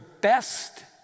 best